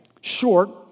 short